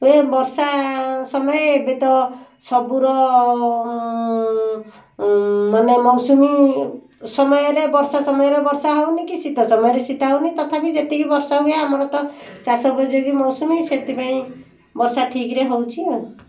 ବର୍ଷା ସମୟ ଏବେ ତ ସବୁର ମାନେ ମୌସୁମୀ ସମୟରେ ବର୍ଷା ସମୟରେ ବର୍ଷା ହେଉନି କି ଶୀତ ସମୟରେ ଶୀତ ହେଉନି ତଥାପି ଯେତିକି ବର୍ଷା ହୁଏ ଆମର ତ ଚାଷ ବୁଝିକି ମୌସୁମୀ ସେଥିପାଇଁ ବର୍ଷା ଠିକରେ ହେଉଛି ଆଉ